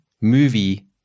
movie